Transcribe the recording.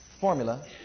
formula